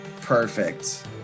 perfect